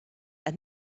and